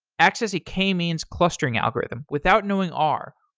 access a k-means clustering algorithm without knowing r,